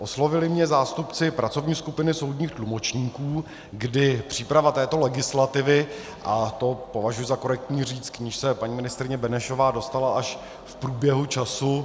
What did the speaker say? Oslovili mě zástupci pracovní skupiny soudních tlumočníků, kdy příprava této legislativy to považuji za korektní říct , k níž se paní ministryně Benešová dostala až v průběhu času...